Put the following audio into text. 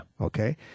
Okay